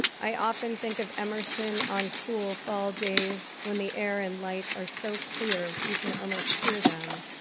i often think of emerson on cool fall days when the air and light are so clear, you can almost hear them,